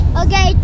okay